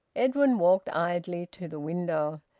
edwin walked idly to the window.